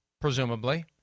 presumably